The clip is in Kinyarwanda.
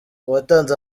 uwatanze